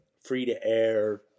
free-to-air